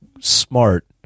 smart